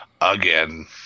again